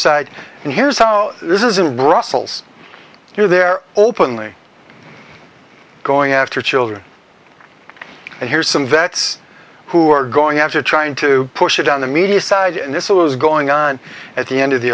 side and here's how this isn't brussels you know they're openly going after children and here's some vets who are going after trying to push it on the media side and this was going on at the end of the